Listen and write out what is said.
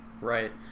Right